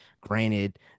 Granted